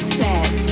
set